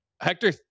Hector